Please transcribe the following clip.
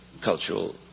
cultural